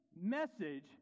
message